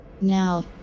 Now